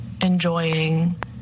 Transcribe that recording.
enjoying